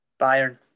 Bayern